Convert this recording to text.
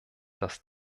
dass